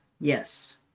Yes